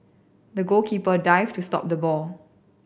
the goalkeeper dived to stop the ball